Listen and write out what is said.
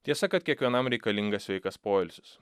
tiesa kad kiekvienam reikalingas sveikas poilsis